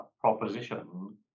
proposition